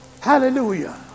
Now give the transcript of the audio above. Hallelujah